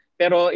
pero